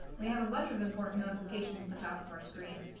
we have a bunch of important notifications at the top of our screen,